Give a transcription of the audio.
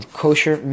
kosher